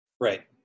Right